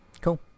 cool